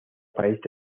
páez